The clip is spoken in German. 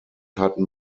hatten